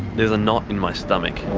there's a knot in my stomach.